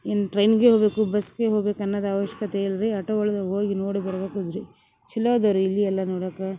ಏನು ಟ್ರೈನ್ಗೆ ಹೋಗಬೇಕು ಬಸ್ಗೆ ಹೋಬೇಕನ್ನೋದು ಆವಶ್ಯಕತೆ ಇಲ್ರಿ ಆಟೋ ಒಳ್ದ ಹೋಗಿ ನೋಡಿ ಬರ್ಬೇಕಲ್ರೀ ಛಲೋ ಅದವ ರೀ ಇಲ್ಲಿ ಎಲ್ಲಾ ನೋಡಾಕ